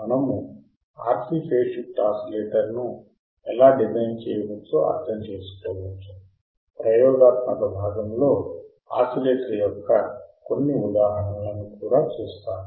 మనము RC phase shift ఆసిలేటర్ను ఎలా డిజైన్ చేయవచ్చో అర్థం చేసుకోవచ్చు ప్రయోగాత్మక భాగంలో ఆసిలేటర్ యొక్క కొన్ని ఉదాహరణలను కూడా చూస్తాము